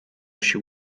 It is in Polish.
się